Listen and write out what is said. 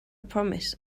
promise